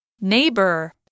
neighbor